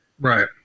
Right